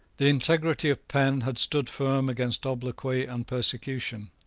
the integrity of penn had stood firm against obloquy and persecution.